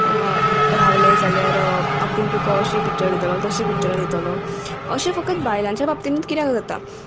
रावले जाल्यार आपूण तुका अशी पिक्चर दितलो तशीं पिक्चरां दितलो अशें फक्त बायलांच्या बाबतीनूच कित्याक जाता